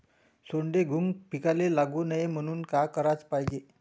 सोंडे, घुंग पिकाले लागू नये म्हनून का कराच पायजे?